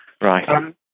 Right